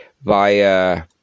via